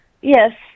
Yes